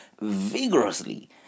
vigorously